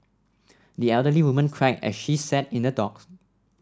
the elderly woman cried as she sat in the dock